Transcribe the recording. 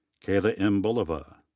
kayla m. bulava.